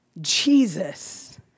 Jesus